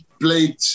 played